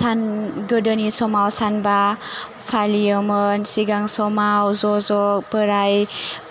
सान गोदोनि समाव सानबा फालियोमोन सिगां समाव ज' ज' बोराइ